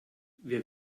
wir